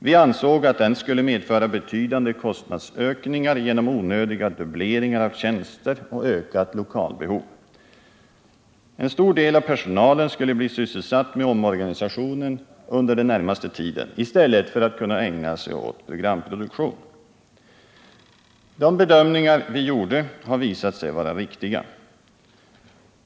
Vi ansåg att den skulle medföra betydande kostnadsökningar genom onödiga dubbleringar av tjänster och ökat lokalbehov. En stor del av personalen skulle bli sysselsatt med omorganisationen under den närmaste tiden i stället för att kunna ägna sig åt programproduktion. De bedömningar vi gjorde har visat sig vara riktiga.